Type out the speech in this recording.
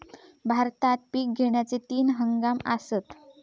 भारतात पिक घेण्याचे तीन हंगाम आसत